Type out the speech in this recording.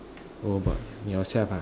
oh about yourself ah